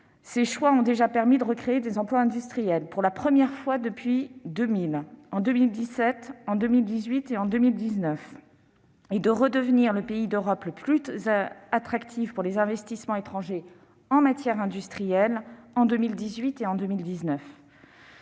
Ces choix ont déjà permis de recréer des emplois industriels pour la première fois depuis 2000- en 2017, 2018, 2019 -et de redevenir le pays d'Europe le plus attractif pour les investissements étrangers en matière industrielle en 2018 et 2019.